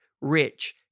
rich